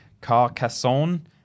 Carcassonne